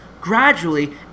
Gradually